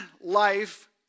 life